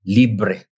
libre